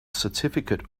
certificate